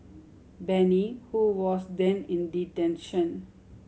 Bani who was then in detention